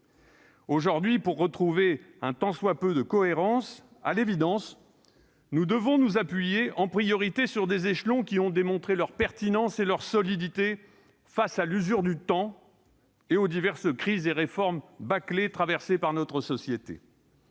Aujourd'hui, pour retrouver un tant soit peu de cohérence, nous devons à l'évidence nous appuyer en priorité sur des échelons qui ont démontré leur pertinence et leur solidité face à l'usure du temps et aux diverses crises et réformes bâclées qu'a connues notre société.